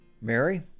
Mary